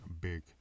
big